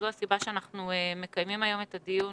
זו הסיבה לכך שאנחנו מקיימים היום את הדיון